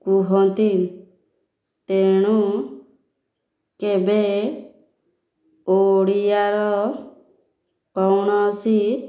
କୁହନ୍ତି ତେଣୁ କେବେ ଓଡ଼ିଆର କୌଣସି